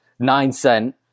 nine-cent